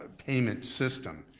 payment system.